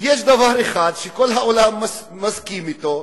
יש דבר אחד, שכל העולם מסכים אתו,